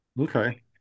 Okay